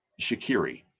Shakiri